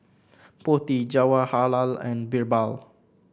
Potti Jawaharlal and BirbaL